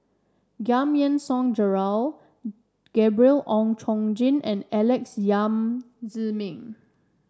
Giam Yean Song Gerald Gabriel Oon Chong Jin and Alex Yam Ziming